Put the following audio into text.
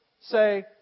say